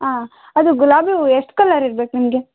ಆಂ ಅದು ಗುಲಾಬಿ ಹೂವು ಎಷ್ಟು ಕಲರ್ ಇರ್ಬೇಕು ನಿಮಗೆ